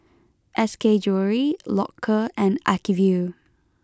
S K Jewellery Loacker and Acuvue